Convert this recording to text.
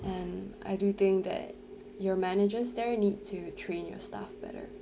and I do think that your managers there need to train your staff better